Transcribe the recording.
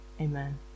amen